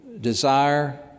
desire